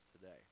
today